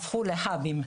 הפכו לחא"בים.